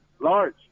Large